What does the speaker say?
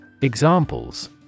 Examples